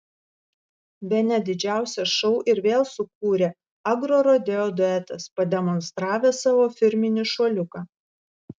bene didžiausią šou ir vėl sukūrė agrorodeo duetas pademonstravęs savo firminį šuoliuką